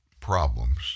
problems